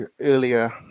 earlier